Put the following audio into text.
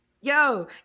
yo